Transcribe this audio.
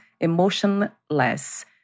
emotionless